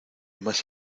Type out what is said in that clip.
más